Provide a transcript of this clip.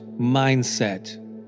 mindset